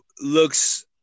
looks –